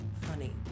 Funny